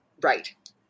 Right